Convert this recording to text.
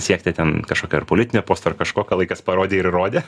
siekti ten kažkokio ar politinio posto ar kažko ką laikas parodė ir įrodė